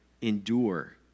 endure